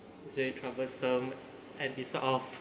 it's very troublesome and it sort of